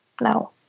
No